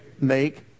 Make